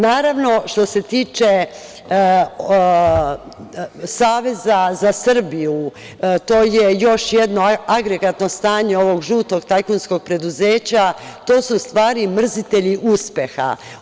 Naravno, što se tiče Saveza za Srbiju to je još jedno agregatno stanje ovog žutog tajkunskog preduzeća, to su u stvari mrzitelji uspeha.